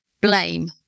blame